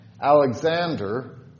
Alexander